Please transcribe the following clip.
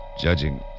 Judging